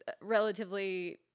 relatively